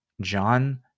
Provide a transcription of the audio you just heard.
John